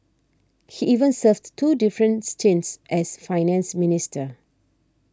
he even served two different stints as Finance Minister